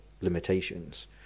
limitations